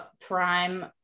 prime